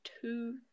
two